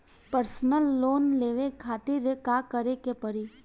Personal loan लेवे खातिर का करे के पड़ी?